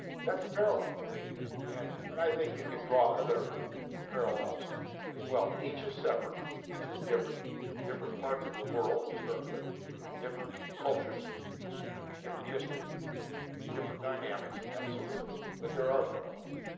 that's a parallel and and i think you could draw other ah parallels as well each is separate each is different different parts of the world to start with different cultures different histories different dynamics absolutely but there are parallels.